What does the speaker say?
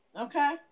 Okay